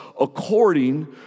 according